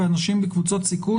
ואנשים בקבוצת סיכון,